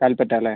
കൽപറ്റ അല്ലെ